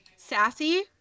Sassy